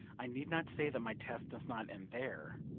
i need not say that my task does not end there.